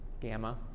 gamma